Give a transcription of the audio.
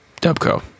Dubco